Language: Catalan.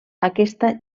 aquesta